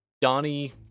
Donnie